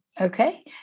okay